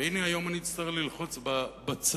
והנה היום אני אצטרך ללחוץ על הצהוב.